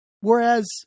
whereas